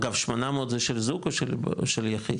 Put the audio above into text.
אגב, 800 זה של זוג, או של יחיד?